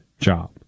job